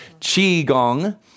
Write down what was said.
qigong